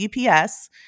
UPS